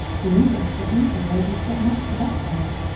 the english were easily able to get much the best of it.